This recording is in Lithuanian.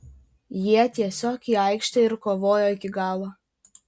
jie tiesiog į aikštę ir kovojo iki galo